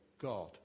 God